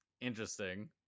Interesting